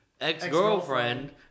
ex-girlfriend